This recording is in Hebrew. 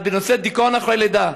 בנושא דיכאון אחרי לידה.